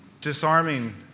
disarming